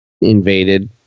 invaded